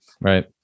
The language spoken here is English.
right